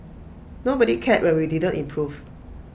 nobody cared when we didn't improve